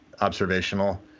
observational